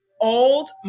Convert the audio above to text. old